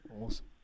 Awesome